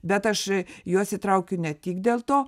bet aš juos įtraukiu ne tik dėl to